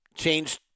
Changed